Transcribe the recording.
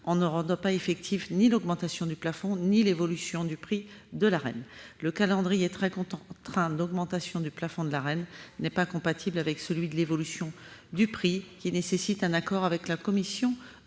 en ne rendant effective ni l'augmentation du plafond ni l'évolution du prix de l'Arenh. Le calendrier très contraint d'augmentation de ce plafond n'est pas compatible avec celui de l'évolution du prix, qui nécessite de conclure un accord avec la Commission